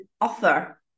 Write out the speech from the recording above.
offer